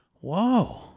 Whoa